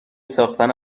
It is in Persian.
ساختن